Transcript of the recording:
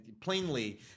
plainly